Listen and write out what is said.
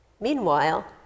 Meanwhile